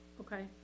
Okay